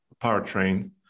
powertrain